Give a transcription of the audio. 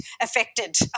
affected